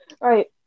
Right